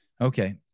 Okay